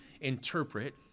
interpret